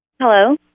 Hello